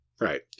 Right